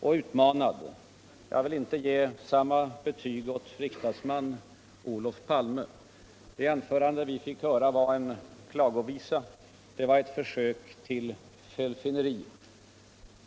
och utmanad. Jag vill inte ge samma betyg åt riksdagsman Olof Palme. Det anförande vi fick höra var en klagovisa, ett försök, ull felfinneri.